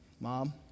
Mom